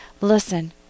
listen